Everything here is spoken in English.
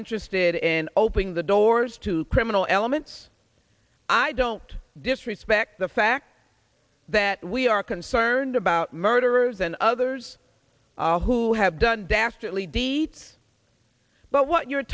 interested in opening the doors to criminal elements i don't disrespect the fact that we are concerned about murderers and others all who have done dastardly deeds but what you're